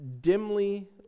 dimly